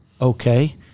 okay